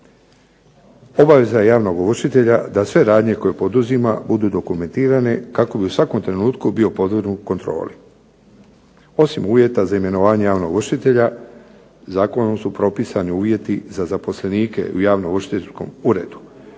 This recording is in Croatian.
Obaveza javnog ovršitelja da sve radnje koje poduzima budu dokumentirane kako bi u svakom trenutku bio podvrgnut kontroli. Osim uvjeta za imenovanje javnog ovršitelja zakonom su propisani uvjeti za zaposlenike u Javnoovršiteljskom uredu,